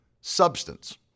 substance